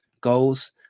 goals